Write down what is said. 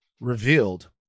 revealed